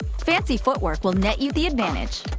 fancy footwork will net you the advantage.